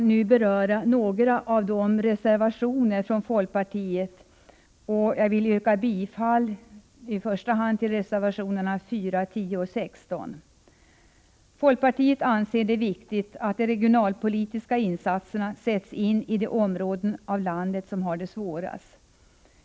Jag vill beröra några av folkpartiets reservationer, och jag yrkar bifall i första hand till reservationerna 4, 10 och 16. Folkpartiet anser att det är viktigt att de regionalpolitiska insatserna sätts ini de områden av landet som har det svårast.